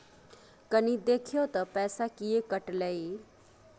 कनी देखियौ त पैसा किये कटले इ?